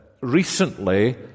recently